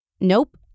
Nope